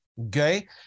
Okay